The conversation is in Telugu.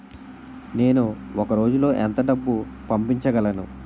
నేను ఒక రోజులో ఎంత డబ్బు పంపించగలను?